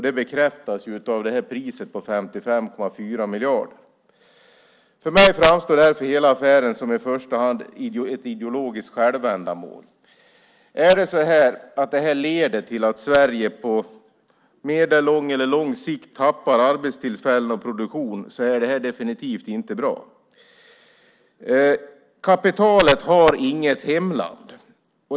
Det bekräftas av priset på 55,4 miljarder. För mig framstår därför hela affären som i första hand ett ideologiskt självändamål. Om det leder till att Sverige på medellång eller lång sikt tappar arbetstillfällen och produktion är det definitivt inte bra. Kapitalet har inget hemland.